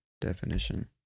definition